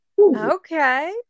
Okay